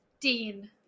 Dean